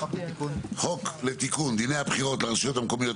חוק לתיקון דיני הבחירות לרשויות המקומיות,